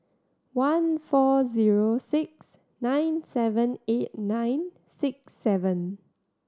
one four zero six nine seven eight nine six seven